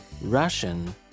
Russian